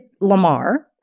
Lamar